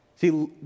See